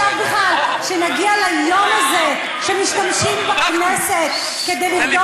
מי חשב בכלל שנגיע ליום הזה שמשתמשים בכנסת כדי לרדוף,